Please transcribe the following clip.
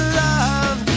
love